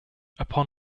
upon